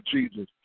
Jesus